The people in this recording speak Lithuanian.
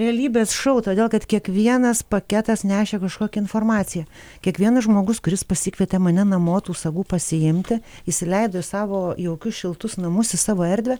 realybės šou todėl kad kiekvienas paketas nešė kažkokią informaciją kiekvienas žmogus kuris pasikvietė mane namo tų sagų pasiimti įsileido į savo jaukius šiltus namus į savo erdvę